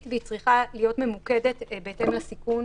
והיא צריכה להיות ממוקדת בהתאם לסיכון